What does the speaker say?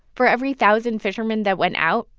for every thousand fishermen that went out,